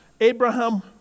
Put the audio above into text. Abraham